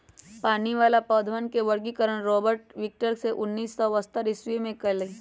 पानी वाला पौधवन के वर्गीकरण रॉबर्ट विटकर ने उन्नीस सौ अथतर ईसवी में कइलय